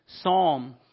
Psalm